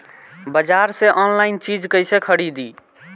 बाजार से आनलाइन चीज कैसे खरीदी?